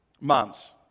Moms